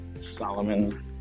Solomon